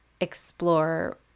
explore